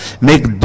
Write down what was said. make